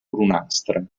brunastre